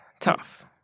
tough